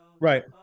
right